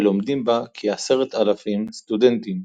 ולומדים בה כ-10,000 סטודנטים,